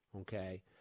Okay